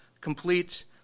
complete